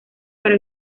para